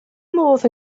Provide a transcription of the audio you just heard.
modd